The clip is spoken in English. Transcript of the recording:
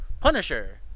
Punisher